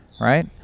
right